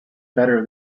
better